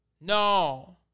No